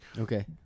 okay